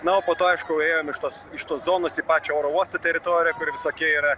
na o po to aišku ėjom iš tos iš tos zonos į pačią oro uosto teritoriją kur visokie yra